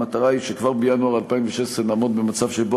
המטרה היא שכבר בינואר 2016 נעמוד במצב שבו